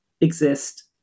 exist